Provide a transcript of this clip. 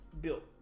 built